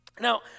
Now